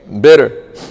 bitter